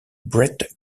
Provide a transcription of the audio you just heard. brett